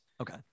Okay